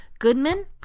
Goodman